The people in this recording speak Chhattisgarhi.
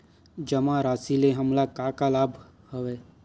जमा राशि ले हमला का का लाभ हवय?